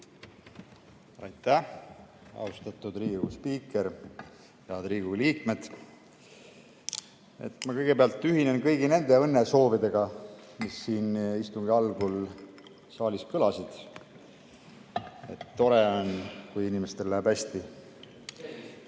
Aitäh! Austatud Riigikogu spiiker! Head Riigikogu liikmed! Ma kõigepealt ühinen kõigi nende õnnesoovidega, mis siin istungi algul saalis kõlasid. Tore on, kui inimestel läheb hästi. Austatud